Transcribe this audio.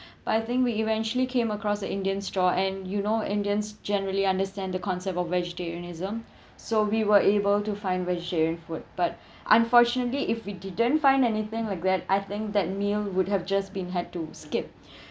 but I think we eventually came across a indian store and you know indians generally understand the concept of vegetarianism so we were able to find vegetarian food but unfortunately if we didn't find anything like that I think that meal would have just been had to skip